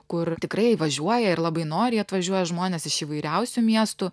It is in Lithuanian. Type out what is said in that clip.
kur tikrai važiuoja ir labai noriai atvažiuoja žmonės iš įvairiausių miestų